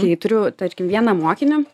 kai turiu tarkim vieną mokinį